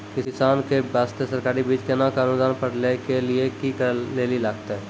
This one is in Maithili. किसान के बास्ते सरकारी बीज केना कऽ अनुदान पर लै के लिए की करै लेली लागतै?